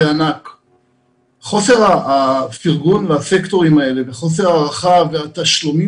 חוסר הפרגון לסקטורים האלה וחוסר ההערכה ותשלומי